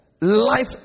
life